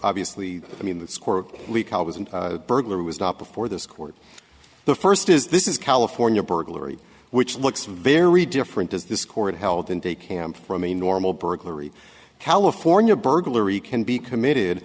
obviously i mean the score burglar was not before this court the first is this is california burglary which looks very different as this court held in de camp from a normal burglary california burglary can be committed